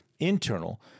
Internal